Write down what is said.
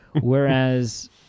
Whereas